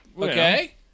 Okay